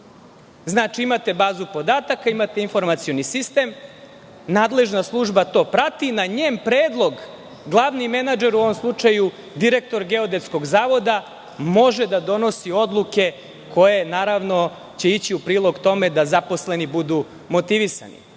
imate bazu podataka, imate informacioni sistem, nadležna služba to prati na njen predlog, glavni menadžer, u ovom slučaju direktor Geodetskog zavoda, može da donosi odluke koje će naravno ići u prilog tome da zaposleni budu motivisani.